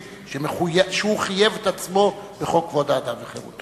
שהוא חייב את עצמו בחוק כבוד האדם וחירותו.